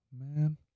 man